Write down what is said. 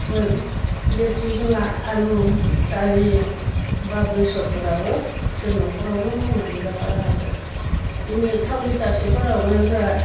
ओमफ्राय जिहेथु जोंहा आलु दालि बा बेसरफोराबो जों न'खरावनो मावनानै जायाबा राहा गैया दिनै थाव लिटारसेफोरावनो जोंहा